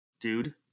dude